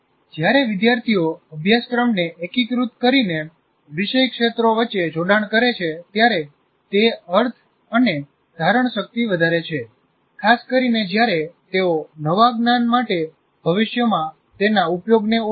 જ્યારે વિદ્યાર્થીઓ અભ્યાસક્રમને એકીકૃત કરીને વિષય ક્ષેત્રો વચ્ચે જોડાણ કરે છે ત્યારે તે અર્થ અને ધારણશક્તિ વધારે છે ખાસ કરીને જ્યારે તેઓ નવા જ્ઞાન માટે ભવિષ્યમાં તેના ઉપયોગને ઓળખે છે